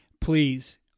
please